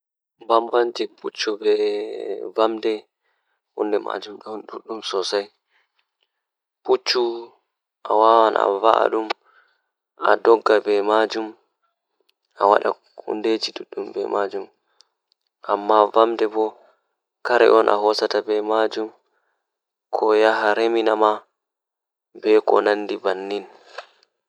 Litriture maa ɗum boɗɗum haa babal jangirde Ko sabu ngal, literature jeyaaɓe e tawti laawol e ko ɗum heɓugol maɓɓe ngal, ko tawti carwo e noyiɗɗo. Literature jeyaaɓe hokkata firtiimaaji moƴƴi e ɗeɗe keewɗi ko waɗtude laawol noyiɗɗo e moƴƴi haajaaɓe. Kono, waɗde literature no waawi njama faami ko moƴƴi e nder keewɗi ngal hayɓe, e waɗde tawa laawol e caɗeele ngal